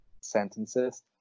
sentences